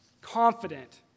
confident